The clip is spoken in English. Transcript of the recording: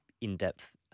in-depth